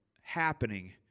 happening